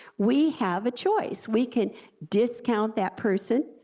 we have a choice, we can discount that person,